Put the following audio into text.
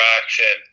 action